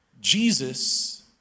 Jesus